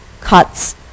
cuts